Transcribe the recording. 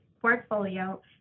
portfolio